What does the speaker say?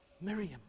Miriam